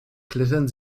klettern